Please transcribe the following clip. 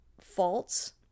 Faults